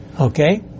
Okay